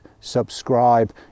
subscribe